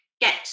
get